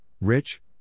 Rich